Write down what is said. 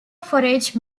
forage